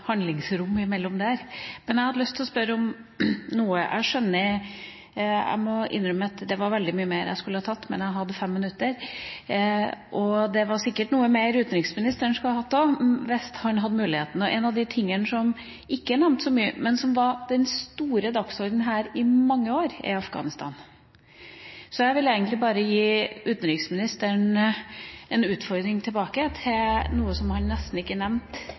handlingsrom imellom der. Men jeg har lyst til å spørre om noe. Jeg må innrømme at det var veldig mye mer jeg skulle ha hatt med, men jeg hadde fem minutter. Det var sikkert noe mer utenriksministeren skulle hatt med også, hvis han hadde hatt muligheten. Og en av de tingene som ikke er nevnt så mye, men som var det store på dagsordenen her i mange år, er Afghanistan. Jeg vil egentlig bare gi utenriksministeren en utfordring tilbake når det gjelder noe som han nesten ikke